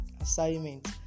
assignment